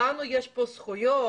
לנו יש כאן זכויות,